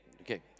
Okay